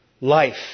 Life